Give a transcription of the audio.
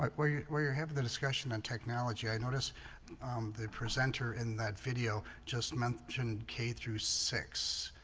like where you're where you're having the discussion on technology. i notice the presenter in that video just mentioned k. through six